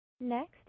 Next